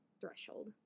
threshold